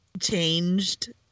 changed